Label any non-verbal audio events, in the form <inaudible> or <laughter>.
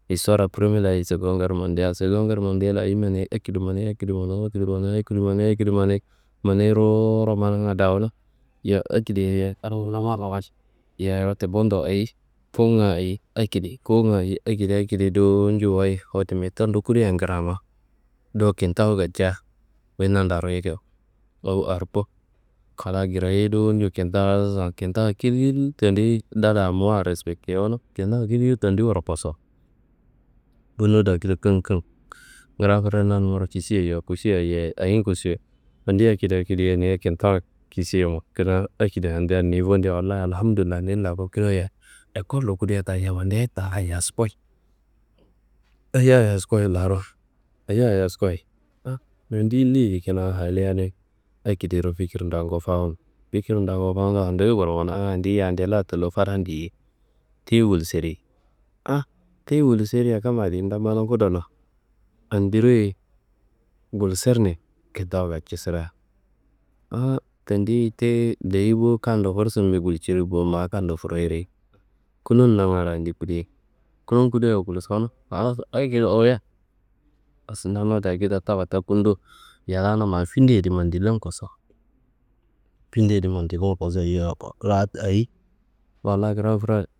Histuwarra premilla sengon ger mondial sengon ger mondiallo ayi manayi akedo manayi, akedo manayi, akedo manayi, akedo manayi, akedo manayi, manayi ruwuwuro mananga dawuno. Yowo akedia yeyi adi ngla marawayid, yeyi wote bundo ayi fuwunga ayi akedi, fuwunga ayi akedi, akedi, akedi dowo ñuno wayi. Metoddo kuriyan gramo, do kintawu gatca, wuyi nantaro yike, awu arko, kra krayei dowo ñono kintawu asusa, kintawu kil tendiyi dala muwa respektewono, kintawa kil tendiyi wuro kosowo. Bunnu dakido <hesitation> gra frer nanummaro kisiye, yowo kusuya? Yeyi. Ayin kusuyo? Andi akedi akedi niyi kintawu kisiyemo kina akedia andia nivodea Wallayi Alhamdullayi nin daku kirayean ekollo kudea ta yammandea ta ayaskoi. Ayi ayaskoi larro? Ayi ayaskoi? A nondiyi deyedi kina haliye adin akediro fikir da nguwufawuno nguwufawunga nduyi gulkano a andiyi yande layi tullo fadan diye, tiyi gulserei a tiyi ngulsereia kammadi da mano kudona andiro gulserne kintawu gacu sirea an tendiyi ti leyi bo, kando gursundo gulciri bo. Ma kando furayiri kunun nangaro andiyi kudei, kunun kudoiwa gulson, a akediwa wuyiye sineman dakido taba takundo, yallana ma finde yedi madillen kosowo, finde yedi mandillen yowo ko la ayi? Wallayi gra frer.